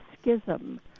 schism